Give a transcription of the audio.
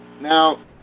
Now